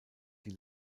die